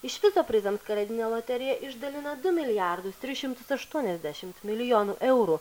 iš viso prizams kalėdinė loterija išdalina du milijardus tris šimtus aštuoniasdešimt milijonų eurų